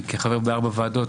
אני חבר בארבע ועדות,